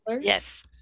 Yes